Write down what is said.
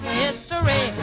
history